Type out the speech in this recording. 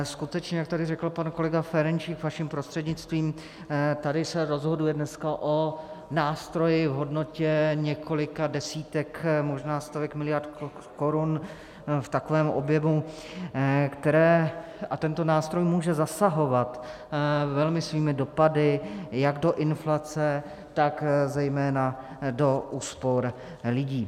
Skutečně, jak tady řekl pan kolega Ferjenčík vaším prostřednictvím, tady se rozhoduje dneska o nástroji v hodnotě několika desítek, možná stovek miliard korun, v takovém objemu, které a tento nástroj může zasahovat velmi svými dopady jak do inflace, tak zejména do úspor lidí.